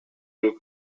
truk